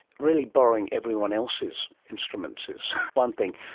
really borrowing everyone else's instruments is one thing.